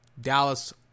Dallas